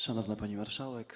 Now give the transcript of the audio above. Szanowna Pani Marszałek!